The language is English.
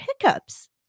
hiccups